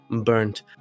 burnt